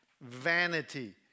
vanity